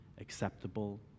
acceptable